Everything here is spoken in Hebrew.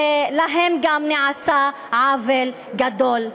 ולהם גם נעשה עוול גדול.